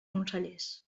consellers